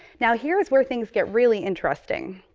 now here's where things get really interesting.